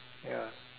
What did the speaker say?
ya